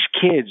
kids